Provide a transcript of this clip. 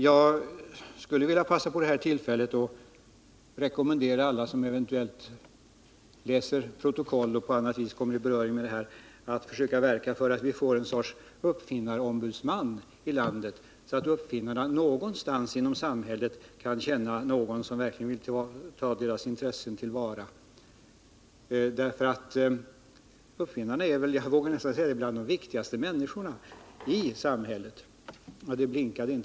Jag skulle vilja passa på detta tillfälle att rekommendera alla som eventuellt läser protokoll och på annat vis kommer i beröring med denna fråga att försöka verka för att vi får en sorts ”uppfinnarombudsman”, så att uppfinnarna kan känna att det någonstans inom samhället finns någon som verkligen vill ta deras intressen till vara. Jag vågar nästan säga att uppfinnarna är bland de viktigaste människorna i samhället.